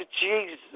Jesus